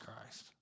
Christ